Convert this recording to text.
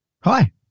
Hi